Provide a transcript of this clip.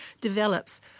develops